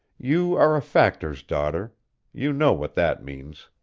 you are a factor's daughter you know what that means.